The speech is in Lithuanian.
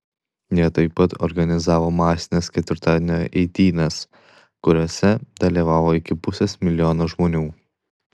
jie taip pat organizavo masines ketvirtadienio eitynes kuriose dalyvavo iki pusės milijono žmonių